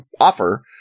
offer